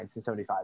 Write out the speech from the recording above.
1975